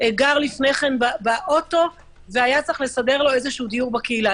גר לפני כן באוטו והיה צריך לסדר לו דיור בקהילה,